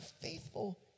faithful